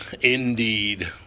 Indeed